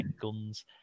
guns